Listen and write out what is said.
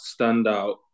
standout